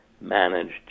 managed